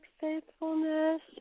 faithfulness